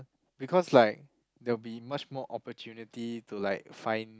because like there'll be much more opportunity to like find